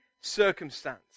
circumstance